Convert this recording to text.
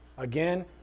Again